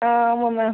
ஆமாம் மேம்